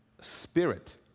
spirit